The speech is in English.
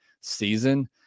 season